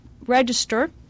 register